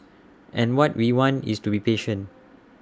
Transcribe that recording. and what we want is to be patient